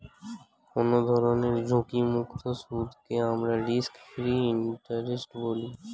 কোনো ধরনের ঝুঁকিমুক্ত সুদকে আমরা রিস্ক ফ্রি ইন্টারেস্ট বলি